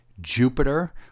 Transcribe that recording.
Jupiter